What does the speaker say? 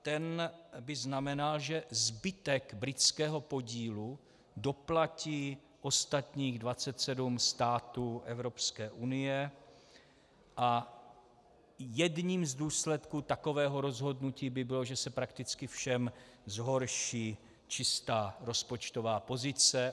Ten by znamenal, že zbytek britského podílu doplatí ostatních 27 států Evropské unie, a jedním z důsledků takového rozhodnutí by bylo, že se prakticky všem zhorší čistá rozpočtová pozice.